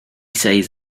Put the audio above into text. says